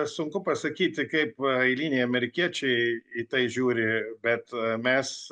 sunku pasakyti kaip eiliniai amerikiečiai į tai žiūri bet mes